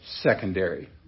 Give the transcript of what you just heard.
secondary